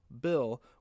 bill